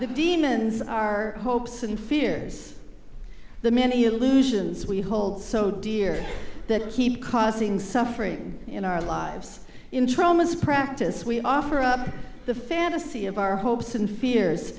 the demons our hopes and fears the many illusions we hold so dear that keep causing suffering in our lives in traumas practice we offer up the fantasy of our hopes and fears